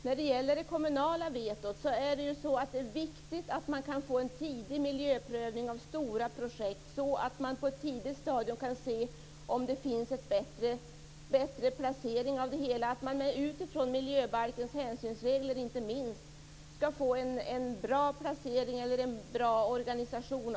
När det gäller det kommunala vetot anser vi att det är viktigt att få en tidig miljöprövning av stora projekt, så att man på ett tidigt stadium kan se om det finns en bättre placering av det hela, att man inte minst utifrån miljöbalkens hänsynsregler inte skall få en bra placering eller en bra organisation.